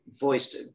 voiced